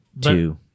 two